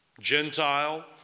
Gentile